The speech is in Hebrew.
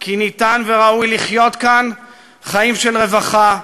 כי אפשר וראוי לחיות כאן חיים של רווחה,